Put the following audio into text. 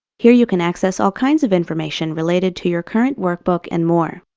here you can access all kinds of information related to your current workbook and more.